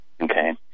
Okay